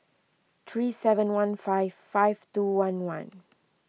three seven one five five two one one